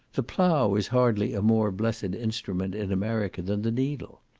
the plough is hardly a more blessed instrument in america than the needle.